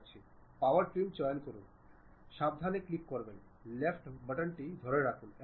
isometric অ্যাঙ্গলের সাথে আমরা সেক্শনাল ভিউটি দেখছি